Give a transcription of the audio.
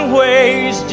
ways